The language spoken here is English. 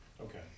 okay